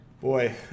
Boy